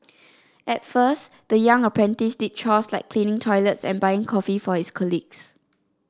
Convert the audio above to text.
at first the young apprentice did chores like cleaning toilets and buying coffee for his colleagues